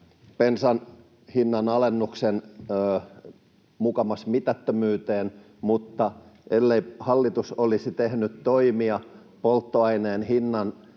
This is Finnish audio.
bensan hinnanalennuksen mukamas mitättömyyteen, mutta ellei hallitus olisi tehnyt toimia polttoaineen hinnan